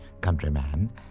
countryman